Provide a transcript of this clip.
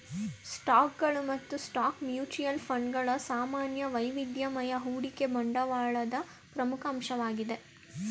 ಸ್ಟಾಕ್ಗಳು ಮತ್ತು stock mutual fund ಗಳ ಸಾಮಾನ್ಯ ವೈವಿಧ್ಯಮಯ ಹೂಡಿಕೆ ಬಂಡವಾಳದ ಪ್ರಮುಖ ಅಂಶವಾಗಿದೆ